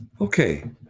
Okay